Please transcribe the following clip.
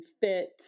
fit